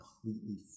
completely